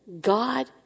God